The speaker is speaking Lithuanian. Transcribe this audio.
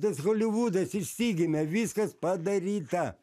tas holivudas išsigimė viskas padaryta